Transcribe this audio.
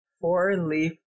four-leaf